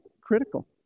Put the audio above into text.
critical